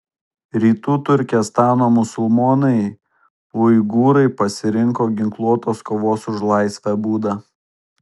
rytų turkestano musulmonai uigūrai pasirinko ginkluotos kovos už laisvę būdą